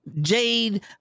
Jade